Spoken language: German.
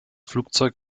flugzeug